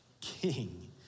king